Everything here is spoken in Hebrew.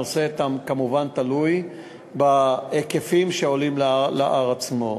הנושא כמובן תלוי בהיקפים שעולים להר עצמו.